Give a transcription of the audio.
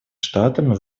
штатами